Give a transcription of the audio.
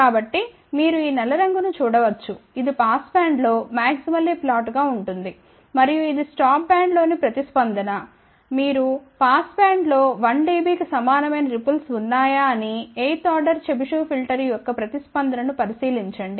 కాబట్టి మీరు ఈ నల్ల రంగు ను చూడవచ్చు ఇది పాస్బ్యాండ్లో మాక్సిమల్లీ ఫ్లాట్గా ఉంటుంది మరియు ఇది స్టాప్ బ్యాండ్లోని ప్రతిస్పందన మీరు పాస్బ్యాండ్లో 1 డిబికి సమానమైన రిపుల్స్ ఉన్నాయా అని 8 వ ఆర్డర్ చెబిషెవ్ ఫిల్టర్ యొక్క ప్రతిస్పందన ను పరిశీలించండి